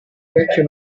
vecchio